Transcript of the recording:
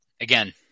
again